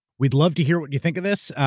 we'd love to hear what you think of this.